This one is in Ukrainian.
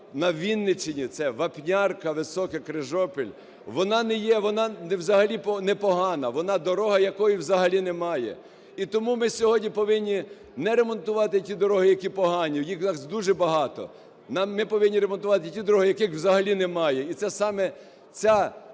на Вінниччині – це Вапнярка, Високе, Крижопіль – вона не є, вона взагалі не погана, вона дорога, якої взагалі немає. І тому ми сьогодні повинні не ремонтувати ті дороги, які погані, їх у нас дуже багато, ми повинні ремонтувати ті дороги, яких взагалі немає. І це саме ця